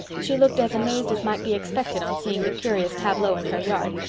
she looked as amazed as might be expected on seeing the curious tableau in her yard,